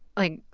like,